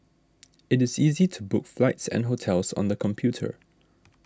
it is easy to book flights and hotels on the computer